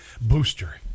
booster